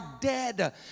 dead